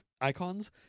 icons